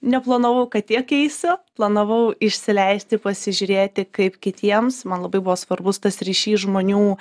neplanavau kad tiek keisiu planavau išsileisti pasižiūrėti kaip kitiems man labai buvo svarbus tas ryšys žmonių